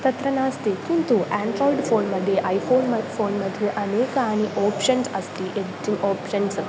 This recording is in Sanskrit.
तत्र नास्ति किन्तु एण्ड्रोय्ड् फ़ोन् मध्ये ऐ फ़ोन् म फ़ोन् मध्ये अनेकानि ओप्शन्स् अस्ति यत् ओप्शन्स्